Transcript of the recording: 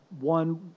one